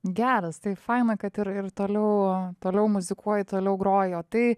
geras tai faina kad ir ir toliau toliau muzikuoji toliau groji o tai